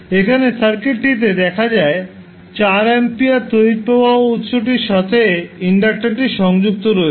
এখানে সার্কিটটি তে দেখা যায় 4 এমপিয়ার তড়িৎ প্রবাহ উত্সটির সাথে ইন্ডাক্টারটি সংযুক্ত রয়েছে